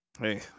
hey